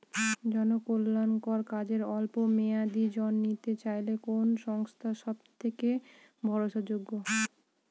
জনকল্যাণকর কাজে অল্প মেয়াদী ঋণ নিতে চাইলে কোন সংস্থা সবথেকে ভরসাযোগ্য?